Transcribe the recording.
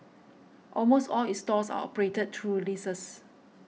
almost all its stores are operated through leases